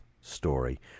story